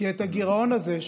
כי את הגירעון הזה,